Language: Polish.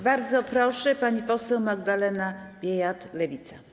Bardzo proszę, pani poseł Magdalena Biejat, Lewica.